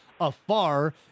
afar